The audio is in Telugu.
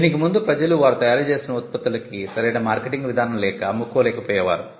దీనికి ముందు ప్రజలు వారు తయారు చేసిన ఉత్పత్తులకి సరైన మార్కెటింగ్ విధానం లేక అమ్ముకోలేక పోయేవారు